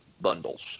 bundles